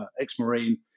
ex-Marine